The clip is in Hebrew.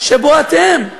שבו אתם,